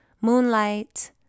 moonlight